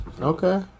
Okay